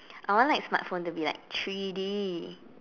I want like smartphone to be like three D